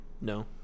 No